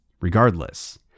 Regardless